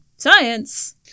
science